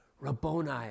Rabboni